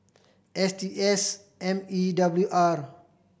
S T S M E W R